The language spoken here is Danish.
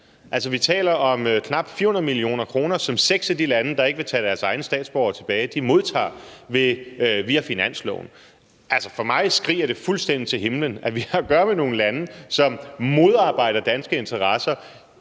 vi taler om knap 400 mio. kr., som seks af de lande, som ikke vil tage deres egne statsborgere tilbage, modtager via finansloven. For mig skriger det fuldstændig til himlen, at vi har at gøre med nogle lande, som modarbejder danske interesser